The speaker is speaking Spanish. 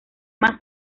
más